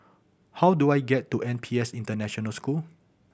how do I get to N P S International School